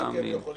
לא להאמין.